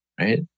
right